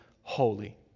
holy